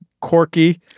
Corky